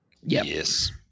Yes